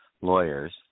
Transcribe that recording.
lawyers